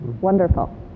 Wonderful